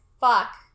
fuck